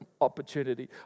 opportunity